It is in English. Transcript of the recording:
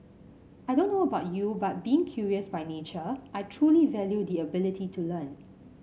I don't know about you but being curious by nature I truly value the ability to learn